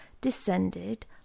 descended